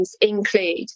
include